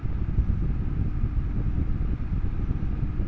আলু চাষে প্রতি একরে কতো জল দেওয়া টা ঠিক?